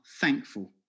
thankful